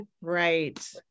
Right